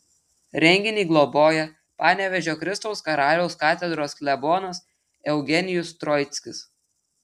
renginį globoja panevėžio kristaus karaliaus katedros klebonas eugenijus troickis